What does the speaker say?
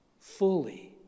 fully